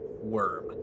worm